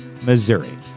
Missouri